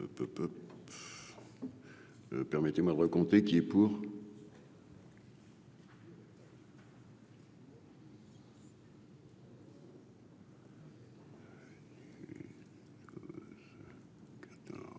Permettez-moi de recompter, qui est pour.